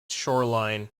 shoreline